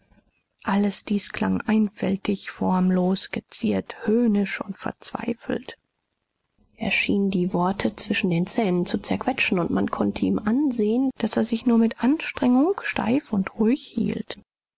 alles dies klang einfältig formlos geziert höhnisch und verzweifelt er schien die worte zwischen den zähnen zu zerquetschen und man konnte ihm ansehen daß er sich nur mit anstrengung steif und ruhig hielt